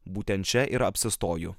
būtent čia ir apsistoju